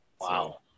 Wow